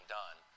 done